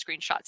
screenshots